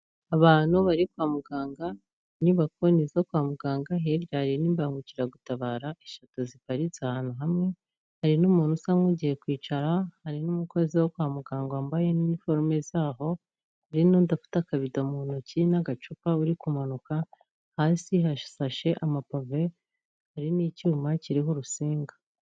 Abantu bari kwa muganga, inyubako ni izo kwa muganga, hirya hari n'imbangukiragutabara ishatu ziparitse ahantu hamwe. Hari n'umuntu usa nk'ugiye kwicara, hari n'umukozi wo kwa muganga wambaye iniforume zaho. Hari n'undi ufite akabido mu ntoki n'agacupa uri kumanuka, hasi hasashe amapave, Hari n'icyuma kiriho urusinga.